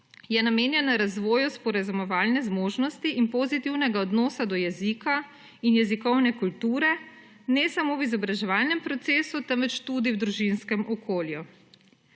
je namenjena razvoju sporazumevalne zmožnosti in pozitivnega odnosa do jezika in jezikovne kulture ne samo v izobraževalnem procesu, temveč tudi v družinskem okolju.